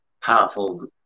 powerful